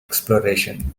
exploration